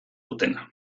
dutena